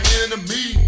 enemy